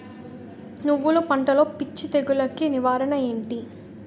నువ్వులు పంటలో పిచ్చి తెగులకి నివారణ ఏంటి?